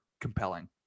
compelling